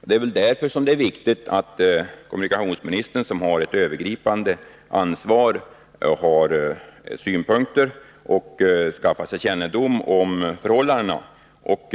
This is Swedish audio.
Det är också därför som det är viktigt att kommunikationsministern, som har ett övergripande ansvar, skaffar sig kännedom om förhållandena och har synpunkter på behovet av vägens upprustning.